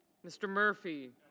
mr. murphy.